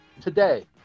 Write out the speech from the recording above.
Today